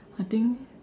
I think